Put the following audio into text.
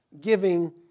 giving